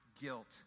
guilt